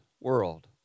world